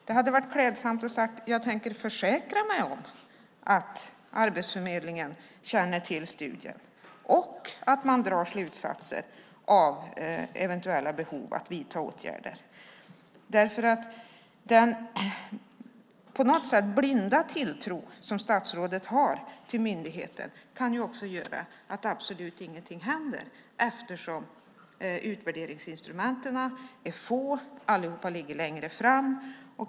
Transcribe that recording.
Det hade varit klädsamt att säga: Jag tänker försäkra mig om att Arbetsförmedlingen känner till studien och drar slutsatser om eventuella behov att vidta åtgärder. Den på något sätt blinda tilltro som statsrådet har till myndigheten kan också göra att absolut ingenting händer eftersom utvärderingsinstrumenten är få och allihop ligger längre fram.